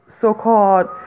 so-called